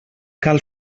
cal